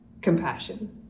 compassion